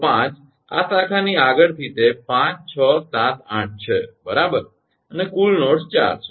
તો 5 આ શાખાની આગળથી તે 5678 છે બરાબર અને કુલ નોડ્સ 4 છે